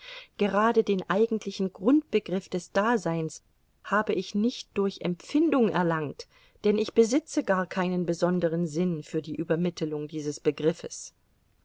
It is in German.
gerade den eigentlichen grundbegriff des daseins habe ich nicht durch empfindung erlangt denn ich besitze gar keinen besonderen sinn für die übermittelung dieses begriffes